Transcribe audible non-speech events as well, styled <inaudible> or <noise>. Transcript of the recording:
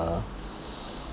<breath>